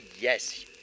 yes